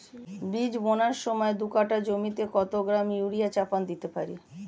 বীজ বোনার সময় দু কাঠা জমিতে কত গ্রাম ইউরিয়া চাপান দিতে পারি?